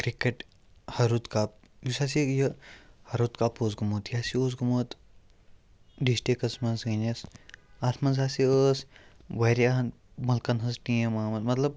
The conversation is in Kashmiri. کِرٛکَٹ ہرُد کَپ یُس ہاسے یہِ ہرُد کَپ اوس گوٚمُت یہِ ہَسے اوس گوٚمُت ڈِسٹِرٛکَس منٛز سٲنِس اَتھ منٛز ہاسے ٲس واریاہَن مُلکَن ہٕنٛز ٹیٖم آمُت مطلب